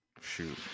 shoot